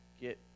get